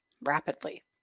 Rapidly